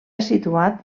situat